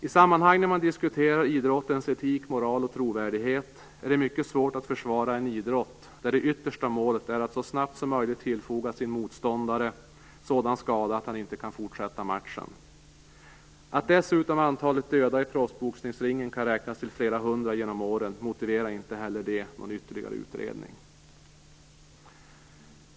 I sammanhang när man diskuterar idrottens etik, moral och trovärdighet är det mycket svårt att försvara en idrott där det yttersta målet är att så snabbt som möjligt tillfoga sin motståndare sådan skada att han inte kan fortsätta matchen. Att dessutom antalet döda i proffsboxningsringen kan räknas till flera hundra genom åren motiverar inte heller det någon ytterligare utredning.